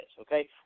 Okay